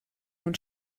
nun